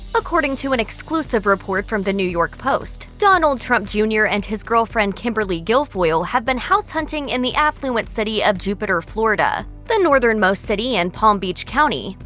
according to an exclusive report from the new york post, donald trump jr. and his girlfriend kimberly guilfoyle have been house hunting in the affluent city of jupiter, florida. the northernmost city in and palm beach county,